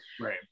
right